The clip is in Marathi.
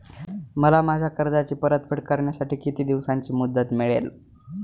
मला माझ्या कर्जाची परतफेड करण्यासाठी किती दिवसांची मुदत मिळेल?